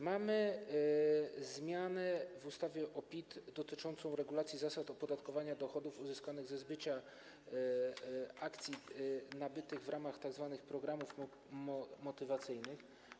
Mamy zmianę w ustawie o PIT dotyczącą regulacji zasad opodatkowania dochodów uzyskanych ze zbycia akcji nabytych w ramach tzw. programów motywacyjnych.